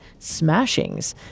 smashings